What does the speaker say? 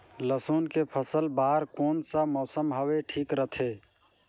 लसुन के फसल बार कोन सा मौसम हवे ठीक रथे?